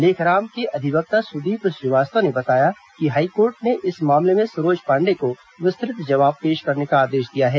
लेखराम के अधिवक्ता सुदीप श्रीवास्तव ने बताया कि हाईकोर्ट ने इस मामले में सरोज पांडेय को विस्तृत जवाब पेश करने का आदेश दिया है